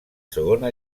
segona